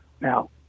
Now